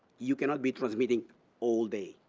you cannot be transmitting all day.